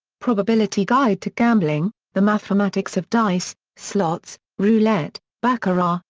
probability guide to gambling the mathematics of dice, slots, roulette, baccarat,